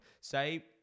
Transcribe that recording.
Say